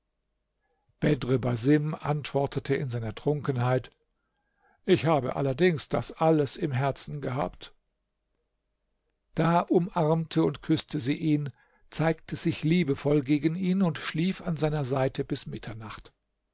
bedr basim antwortete in seiner trunkenheit ich habe allerdings das alles im herzen gehabt da umarmte und küßte sie ihn zeigte sich liebevoll gegen ihn und schlief an seiner seite bis mitternacht